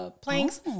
planks